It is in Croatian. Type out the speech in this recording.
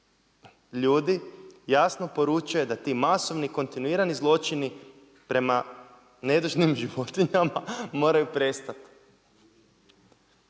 ljudi, jasno poručuje, da ti masovni kontinuirani zločini prema nedužnim životinjama moraju prestati.